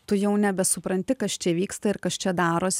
tu jau nebesupranti kas čia vyksta ir kas čia daros